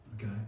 okay